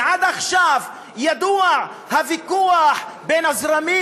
ועד עכשיו ידוע הוויכוח בין הזרמים